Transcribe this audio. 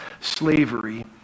slavery